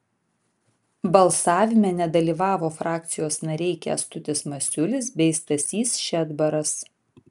balsavime nedalyvavo frakcijos nariai kęstutis masiulis bei stasys šedbaras